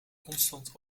constant